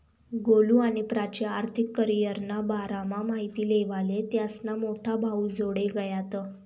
गोलु आणि प्राची आर्थिक करीयरना बारामा माहिती लेवाले त्यास्ना मोठा भाऊजोडे गयात